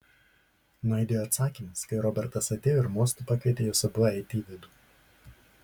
nuaidėjo atsakymas kai robertas atėjo ir mostu pakvietė juos abu eiti į vidų